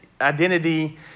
identity